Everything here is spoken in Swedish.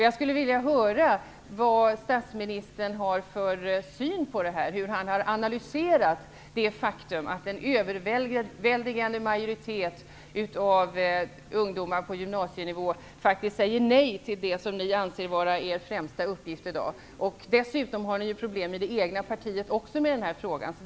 Jag skulle vilja höra vad statsministern har för syn på det här, hur han har analyserat det faktum att en överväldigande majoritet av ungdomar på gymnasienivå faktiskt säger nej till det som ni anser vara er främsta uppgift i dag. Dessutom har ni problem med det egna partiet i den frågan.